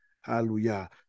Hallelujah